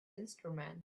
instrument